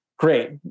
great